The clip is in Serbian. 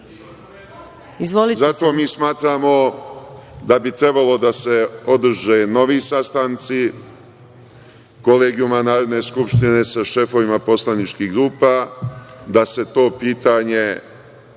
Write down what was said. Zato mi smatramo da bi trebalo da se održe novi sastanci Kolegijuma Narodne skupštine sa šefovima poslaničkih grupa, da se to pitanje